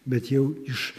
bet jau iš